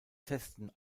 testen